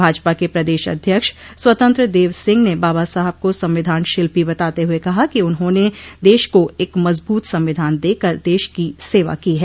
भाजपा के प्रदेश अध्यक्ष स्वतंत्र देव सिंह ने बाबा साहब को संविधान शिल्पो बताते हुए कहा कि उन्होंने देश को एक मजबूत संविधान देकर देश की सेवा की है